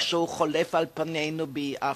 כשהוא חולף על פנינו ביעף.